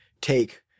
take